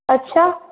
अच्छा